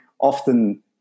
often